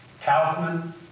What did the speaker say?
Kaufman